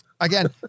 Again